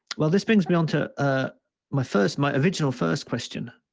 well, this brings me on to ah my first, my original first question,